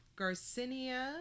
garcinia